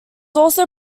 also